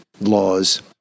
laws